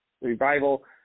revival